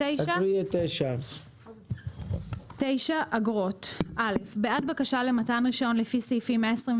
6. אגרות בעדש בקשה למתן רישיון לפי סעיפים 127,